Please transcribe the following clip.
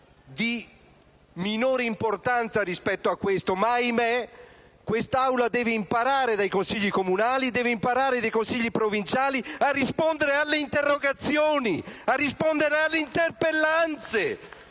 di minore importanza rispetto a questo, ma, ahimè, quest'Assemblea deve imparare dai Consigli comunali e dai Consigli provinciali a rispondere alle interrogazioni e alle interpellanze.